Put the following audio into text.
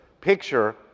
picture